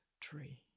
Tree